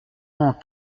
m’en